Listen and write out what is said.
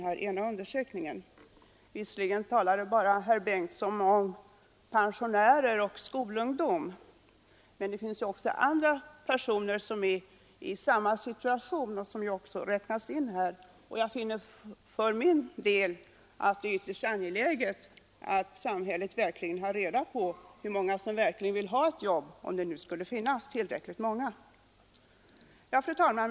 Herr Bengtsson nämnde då bara pensionärer och skolungdom, men det är också andra personer i samma situation som räknas in här. Jag anser för min del att det är ytterst angeläget att samhället har reda på hur många som skulle ta ett jobb om det fanns något att få. Fru talman!